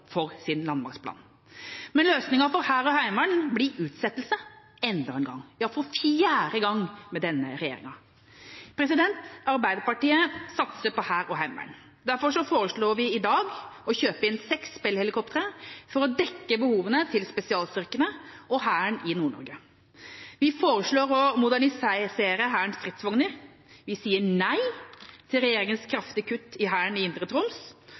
for sin landmaktplan. Men løsningen for hær og heimevern blir utsettelse enda en gang – ja, for fjerde gang med denne regjeringa. Arbeiderpartiet satser på hær og heimevern. Derfor foreslår vi i dag å kjøpe inn seks Bell-helikoptre for å dekke behovene til spesialstyrkene og Hæren i Nord-Norge. Vi foreslår å modernisere Hærens stridsvogner, vi sier nei til regjeringas kraftige kutt i Hæren i indre Troms,